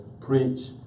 preach